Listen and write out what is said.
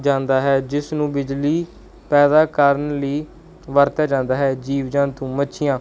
ਜਾਂਦਾ ਹੈ ਜਿਸ ਨੂੰ ਬਿਜਲੀ ਪੈਦਾ ਕਰਨ ਲਈ ਵਰਤਿਆ ਜਾਂਦਾ ਹੈ ਜੀਵ ਜੰਤੂ ਮੱਛੀਆਂ